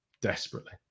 desperately